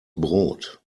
brot